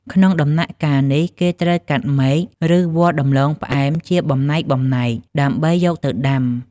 ក្នុងដំណាក់កាលនេះ គេត្រូវកាត់មែក ឬវល្លិ៍ដំឡូងផ្អែមជាបំណែកៗ ដើម្បីយកទៅដាំ។